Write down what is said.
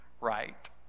right